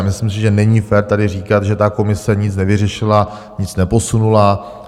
Myslím si, že není fér tady říkat, že ta komise nic nevyřešila, nic neposunula.